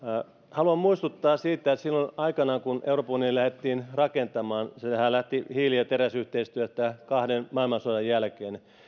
haluan muistuttaa siitä että silloin aikanaan kun euroopan unionia lähdettiin rakentamaan sehän lähti hiili ja teräsyhteistyöstä kahden maailmansodan jälkeen